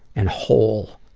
and whole,